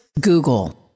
Google